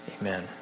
Amen